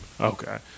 Okay